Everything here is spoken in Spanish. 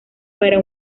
para